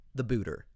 TheBooter